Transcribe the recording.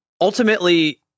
Ultimately